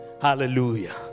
hallelujah